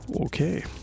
okay